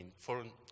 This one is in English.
foreign